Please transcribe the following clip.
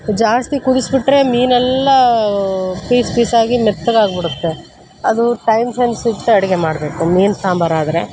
ಜಾಸ್ತಿ ಕುದಿಸಿಬಿಟ್ರೆ ಮೀನೆಲ್ಲ ಪೀಸ್ ಪೀಸಾಗಿ ಮೆತ್ತಗಾಗಿಬಿಡುತ್ತೆ ಅದು ಟೈಮ್ ಸೆನ್ಸ್ ಇಟ್ಟು ಅಡುಗೆ ಮಾಡಬೇಕು ಮೀನು ಸಾಂಬಾರಾದರೆ